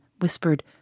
whispered